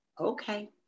okay